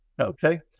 okay